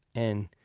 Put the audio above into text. and